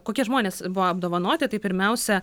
kokie žmonės buvo apdovanoti tai pirmiausia